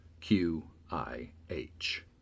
Q-I-H